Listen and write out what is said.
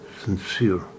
sincere